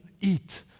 eat